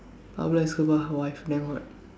Pablo Escobar wife damn hot